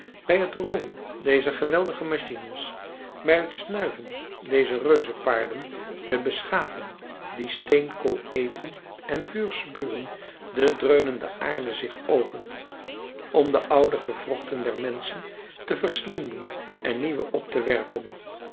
bij het rollen dezer geweldige machines bij het snuiven dezer reuzenpaarden der beschaving die steenkool eten en vuur spuwen de dreunende aarde zich opent om de oude gewrochten der menschen te verslinden en nieuwe op te werpen